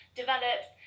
develops